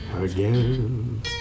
again